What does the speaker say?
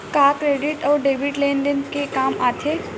का क्रेडिट अउ डेबिट लेन देन के काम आथे?